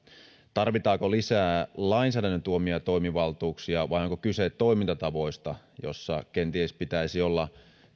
tarvitaanko lisää lainsäädännön tuomia toimivaltuuksia vai onko kyse toimintatavoista joissa kenties pitäisi olla